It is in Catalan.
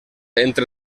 entre